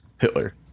Hitler